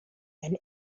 and